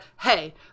hey